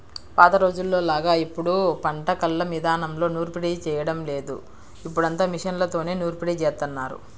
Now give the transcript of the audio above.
పాత రోజుల్లోలాగా ఇప్పుడు పంట కల్లం ఇదానంలో నూర్పిడి చేయడం లేదు, ఇప్పుడంతా మిషన్లతోనే నూర్పిడి జేత్తన్నారు